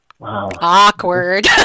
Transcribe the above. Awkward